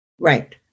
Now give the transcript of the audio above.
Right